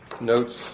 notes